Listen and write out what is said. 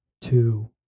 two